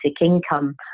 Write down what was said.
income